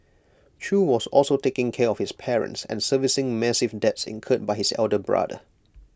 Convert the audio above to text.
chew was also taking care of his parents and servicing massive debts incurred by his elder brother